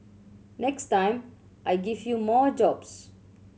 next time I give you more jobs